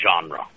genre